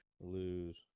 lose